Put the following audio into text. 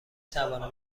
توانم